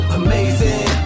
amazing